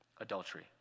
adultery